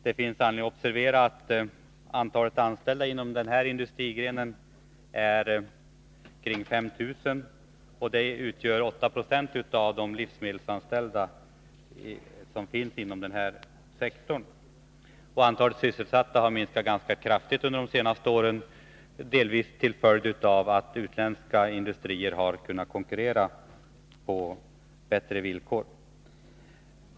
Det finns anledning observera att antalet anställda inom den här industrigrenen uppgår till omkring 5 000, vilket utgör 8 90 av de livsmedelsanställda inom denna sektor. Under de senaste åren har antalet sysselsatta minskat ganska kraftigt, delvis till följd av att utländska industrier har kunnat konkurrera på bättre villkor.